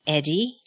Eddie